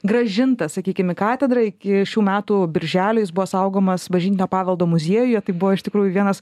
grąžintas sakykim į katedrą iki šių metų birželio jis buvo saugomas bažnytinio paveldo muziejuje tai buvo iš tikrųjų vienas